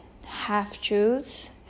half-truths